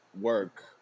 work